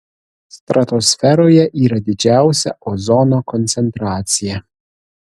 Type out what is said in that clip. stratosferoje yra didžiausia ozono koncentracija